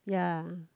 ya